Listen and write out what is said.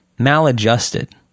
maladjusted